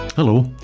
Hello